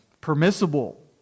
permissible